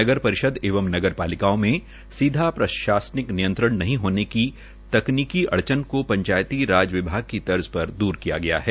नगर परिषद एवं नगर पालिकाओं में सीधा प्रशासनिक नियंत्रण नहीं होने की तकनीकी अडचन को पंचायती राज विभाग की तर्ज पर द्र किया गया है